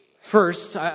First